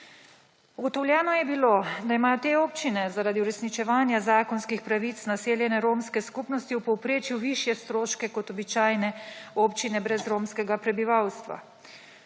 Ugotovljeno je bilo, da imajo te občine zaradi uresničevanja zakonskih pravic naseljene romske skupnosti v povprečju višje stroške kot običajne občine brez romskega prebivalstva.